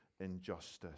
injustice